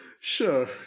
Sure